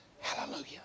Hallelujah